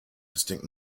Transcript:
distinct